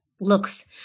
Looks